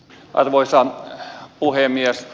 arvoisa puhemies